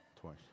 twice